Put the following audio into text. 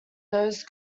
those